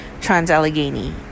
trans-Allegheny